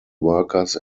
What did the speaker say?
workers